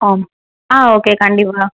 ஆ ஆ ஓகே கண்டிப்பாக